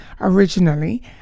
originally